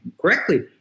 correctly